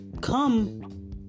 come